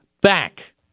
back